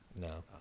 No